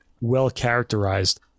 well-characterized